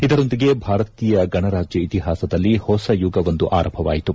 ಇದರೊಂದಿಗೆ ಭಾರತೀಯ ಗಣರಾಜ್ಯ ಇತಿಹಾಸದಲ್ಲಿ ಹೊಸಯುಗವೊಂದು ಆರಂಭವಾಯಿತು